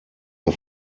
der